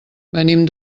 venim